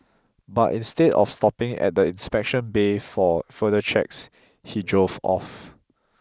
but instead of stopping at the inspection bay for further checks he drove off